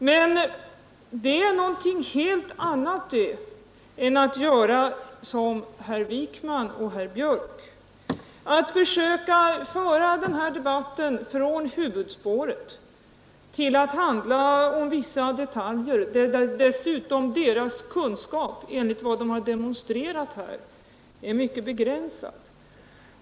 Men det är någonting helt annat det än att göra som herr Wijkman och herr Björck, att försöka föra den här debatten från huvudspåret till att handla om vissa detaljfrågor där deras kunskap, som de har demonstrerat här, dessutom är mycket begränsad.